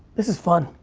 this is fun.